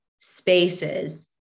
spaces